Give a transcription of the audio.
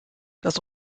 das